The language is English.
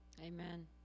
Amen